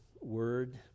word